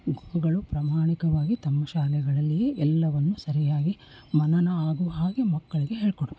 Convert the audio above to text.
ಗುರುಗಳು ಪ್ರಾಮಾಣಿಕವಾಗಿ ತಮ್ಮ ಶಾಲೆಗಳಲ್ಲಿಯೇ ಎಲ್ಲವನ್ನು ಸರಿಯಾಗಿ ಮನನ ಆಗುವ ಹಾಗೆ ಮಕ್ಕಳಿಗೆ ಹೇಳಿಕೊಡ್ಬೇಕು